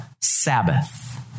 Sabbath